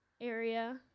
area